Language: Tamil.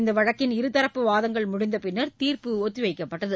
இந்த வழக்கின் இருதரப்பு வாதங்கள் முடிந்த பின்னர் தீர்ப்பு ஒத்தி வைக்கப்பட்டது